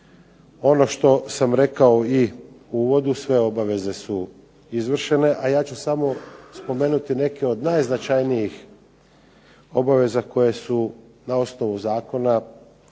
Ono što sam rekao i u uvodu sve obaveze su i izvršene, a ja ću samo spomenuti neke od najznačajnijih koje su na osnovu zakona